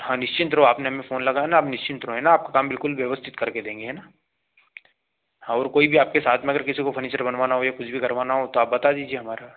हाँ निश्चिंत रहो आपने हमें फ़ोन लगाया है ना आप निश्चिंत रहो है ना आपका काम बिल्कुल व्यवस्थित करके देंगे है ना और कोई भी आपके साथ में अगर किसी को फ़र्नीचर बनवाना हो या कुछ भी करवाना हो तो आप बता दीजिए हमारा